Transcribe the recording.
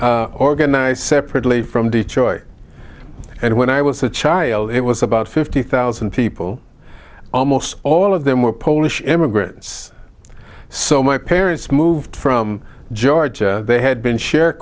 completely organized separately from detroit and when i was a child it was about fifty thousand people almost all of them were polish immigrants so my parents moved from georgia they had been share